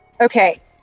Okay